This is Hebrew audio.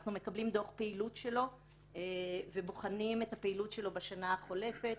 אנחנו מקבלים דוח פעילות שלו ובוחנים את הפעילות שלו בשנה החולפת